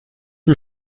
die